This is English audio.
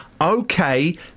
okay